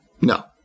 No